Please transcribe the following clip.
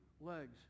legs